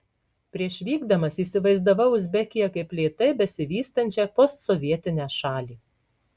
prieš vykdamas įsivaizdavau uzbekiją kaip lėtai besivystančią postsovietinę šalį